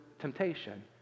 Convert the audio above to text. temptation